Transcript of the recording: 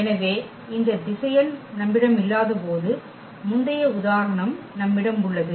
எனவே இந்த திசையன் நம்மிடம் இல்லாதபோது முந்தைய உதாரணம் நம்மிடம் உள்ளது